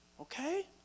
Okay